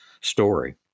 story